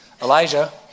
Elijah